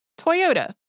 Toyota